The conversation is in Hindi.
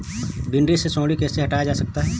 भिंडी से सुंडी कैसे हटाया जा सकता है?